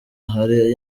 ahari